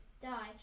die